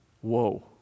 Whoa